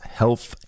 health